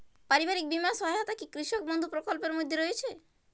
পারিবারিক বীমা সহায়তা কি কৃষক বন্ধু প্রকল্পের মধ্যে রয়েছে?